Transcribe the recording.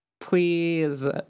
Please